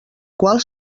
qual